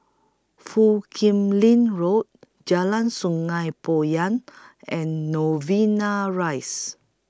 Foo Kim Lin Road Jalan Sungei Poyan and Novena Rise